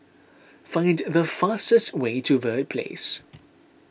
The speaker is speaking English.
find the fastest way to Verde Place